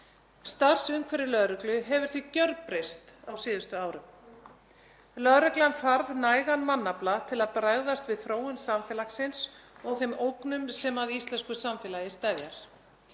Starfsumhverfi lögreglu hefur því gjörbreyst á síðustu árum. Lögreglan þarf nægan mannafla til að bregðast við þróun samfélagsins og þeim ógnum sem að íslensku samfélagi steðja.